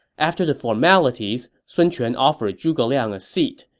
after the formalities, sun quan offered zhuge liang a seat,